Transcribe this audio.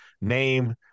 name